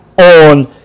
on